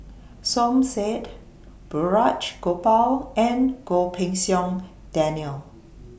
Som Said Balraj Gopal and Goh Pei Siong Daniel